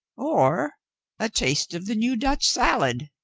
or a taste of the new dutch salad?